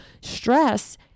Stress